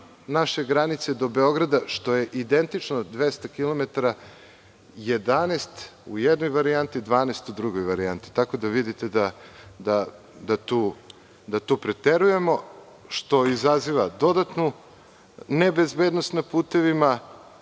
naše granice do Beograda, što je identično 200 kilometara, 11 u jednoj varijanti, 12 u drugoj varijanti. Vidite da tu preterujemo, što izaziva dodatnu nebezbednost na putevima,